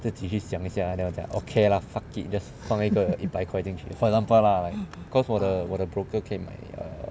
自己去想一些 then 我讲 okay lah fuck it just 放一个一百块进去 for example lah like because 我的我的 broker 可以买 err